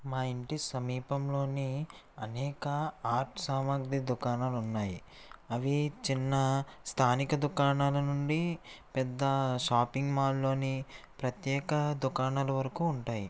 మా ఇంటి సమీపంలో అనేక ఆర్ట్ సామాగ్రి దుకాణాలు ఉన్నాయి అవి చిన్న స్థానిక దుకాణాలు నుండి పెద్ద షాపింగ్ మాల్లోని ప్రత్యేక దుకాణాల వరకు ఉంటాయి